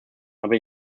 aber